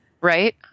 Right